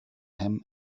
him